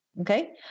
okay